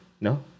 No